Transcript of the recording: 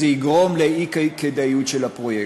זה יגרום לאי-כדאיות של הפרויקט.